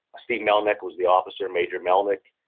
steve mellnik was the officer, major mellnik.